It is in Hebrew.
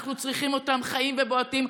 אנחנו צריכים אותם חיים ובועטים,